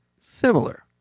Similar